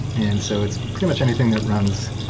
and so it's pretty much anything that runs,